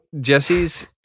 Jesse's